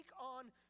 on